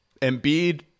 Embiid